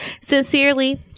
sincerely